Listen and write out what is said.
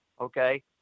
Okay